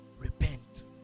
repent